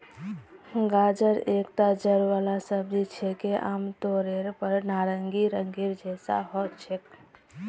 गाजर एकता जड़ वाला सब्जी छिके, आमतौरेर पर नारंगी रंगेर जैसा ह छेक